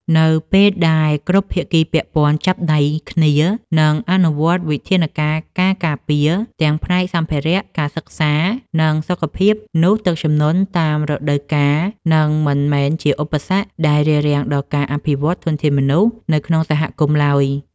នៅពេលដែលគ្រប់ភាគីពាក់ព័ន្ធចាប់ដៃគ្នា និងអនុវត្តវិធានការការពារទាំងផ្នែកសម្ភារៈ ការសិក្សា និងសុខភាព នោះទឹកជំនន់តាមរដូវកាលនឹងមិនមែនជាឧបសគ្គដែលរារាំងដល់ការអភិវឌ្ឍធនធានមនុស្សនៅក្នុងសហគមន៍ឡើយ។